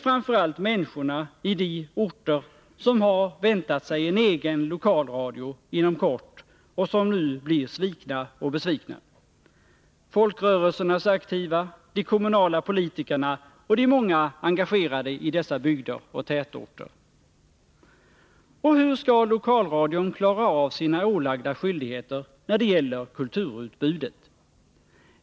Framför allt människorna i de orter som har väntat sig egen lokalradio inom kort blir nu svikna och besvikna — folkrörelsernas aktiva, de kommunala politikerna och de många engagerade i dessa bygder och tätorter. Hur skall lokalradion klara av sina ålagda skyldigheter när det gäller kulturutbudet?